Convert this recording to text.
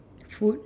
food